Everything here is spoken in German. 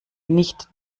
nicht